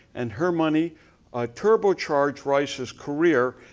and her money ah turbo charged rice's career,